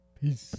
Peace